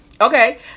okay